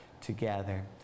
together